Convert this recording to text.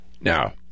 now